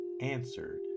answered